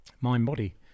mind-body